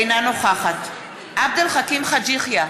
אינה נוכחת עבד אל חכים חאג' יחיא,